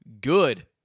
good